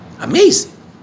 Amazing